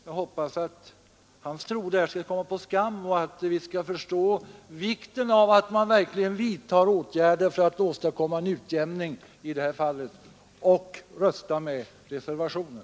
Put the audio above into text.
Jag hoppas att hans tro skall komma på skam och att kammaren skall förstå vikten av att man vidtar åtgärder för att åstadkomma en utjämning och rösta med reservationen.